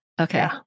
okay